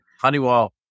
Honeywell